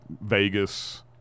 Vegas